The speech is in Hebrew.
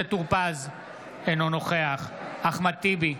אינו נוכח אחמד טיבי,